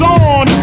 on